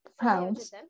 pounds